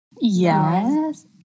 Yes